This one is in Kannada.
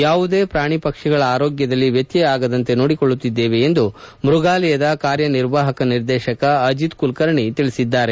ಯಾವುದೇ ಪ್ರಾಣಿ ಪಕ್ಷಿಗಳ ಆರೋಗ್ಯದಲ್ಲಿ ವ್ಯತ್ಯಯ ಆಗದಂತೆ ನೋಡಿಕೊಳ್ಳುತ್ತಿದ್ದೇವೆ ಎಂದು ಮೃಗಾಲಯದ ಕಾರ್ಯನಿರ್ವಾಪಕ ನಿರ್ದೇಶಕ ಅಜಿತ್ ಕುಲಕರ್ಣಿ ತಿಳಿಸಿದರು